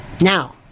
now